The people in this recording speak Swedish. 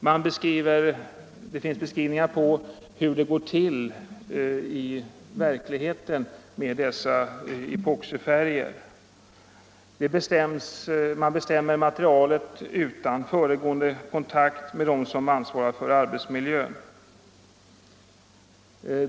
Man har också beskrivit hur det i verkligheten går till när någon bestämmer sig för sådana färger. Vederbörande bestämmer materialet utan någon föregående kontakt med dem som ansvarar för arbetsmiljön.